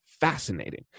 fascinating